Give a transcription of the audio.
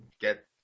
get